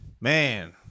man